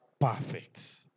perfect